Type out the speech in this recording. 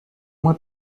uma